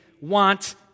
want